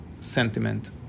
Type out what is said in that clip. sentiment